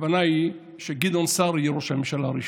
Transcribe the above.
הכוונה היא שגדעון סער יהיה ראש הממשלה הראשון,